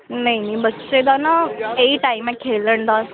ਨਹੀਂ ਬੱਚੇ ਦਾ ਨਾ ਇਹ ਹੀ ਟਾਈਮ ਹੈ ਖੇਲ੍ਹਣ ਦਾ